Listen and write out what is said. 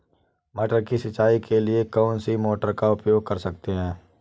मटर की सिंचाई के लिए कौन सी मोटर का उपयोग कर सकते हैं?